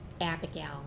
Abigail